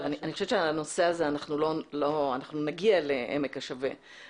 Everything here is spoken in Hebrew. אנחנו נגיע לעמק השווה בנושא הזה.